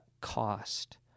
cost